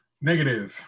Negative